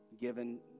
Given